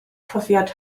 profiad